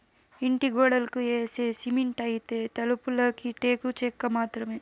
ఇంటి గోడలకి యేసే సిమెంటైతే, తలుపులకి టేకు చెక్క మాత్రమే